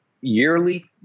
yearly